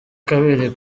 kabiri